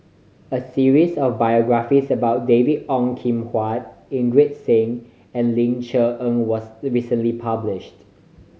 a series of biographies about David Ong Kim Huat Inderjit Singh and Ling Cher Eng was recently published